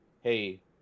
hey